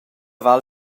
val